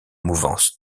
mouvance